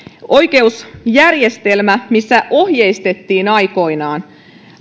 oikeusjärjestelmä missä ohjeistettiin aikoinaan